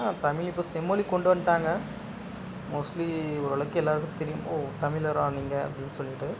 தமிழ் இப்போ செம்மொழி கொண்டு வந்துட்டாங்க மோஸ்ட்லி ஓரளவுக்கு எல்லோருக்கும் தெரியும் ஓ தமிழரா நீங்கள் அப்டின்னு சொல்லிவிட்டு